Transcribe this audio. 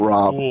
Rob